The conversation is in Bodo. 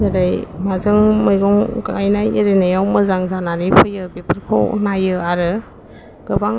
जेरै माजों मैगं गायनाय एरिनायाव मोजां जानानै फैयो बेफोरखौ नायो आरो गोबां